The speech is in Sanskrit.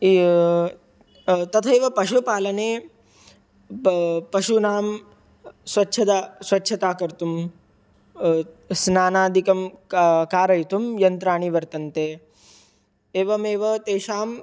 ए तथैव पशुपालने पा पशूनां स्वच्छता स्वच्छता कर्तुं स्नानादिकं का कारयितुं यन्त्राणि वर्तन्ते एवमेव तेषां